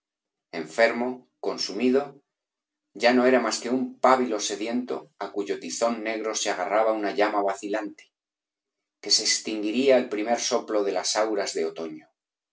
enfermo consumido ya no era más que un pábilo sediento á cuyo tizón negro se agarraba una llama vacilante que se extinguiría al primer soplo de las auras de otoño